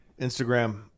Instagram